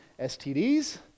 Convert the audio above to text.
STD's